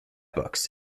books